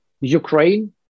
Ukraine